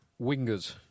Wingers